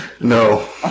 no